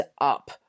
up